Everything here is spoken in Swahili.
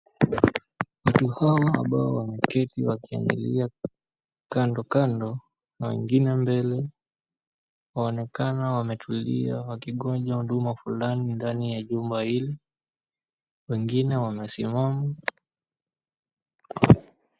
Watu hawa ambao wameketi wakiangalia kandokando, na wengine mbele, waonekana wametulia wakigonja huduma fulani ndani ya jumba hili, wengine wamesimama.